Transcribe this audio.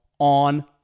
on